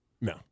No